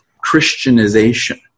Christianization